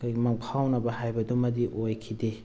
ꯑꯩꯈꯣꯏꯒꯤ ꯃꯪꯐꯥꯎꯅꯕ ꯍꯥꯏꯕꯗꯨꯃꯗꯤ ꯑꯣꯏꯈꯤꯗꯦ